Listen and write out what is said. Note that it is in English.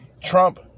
Trump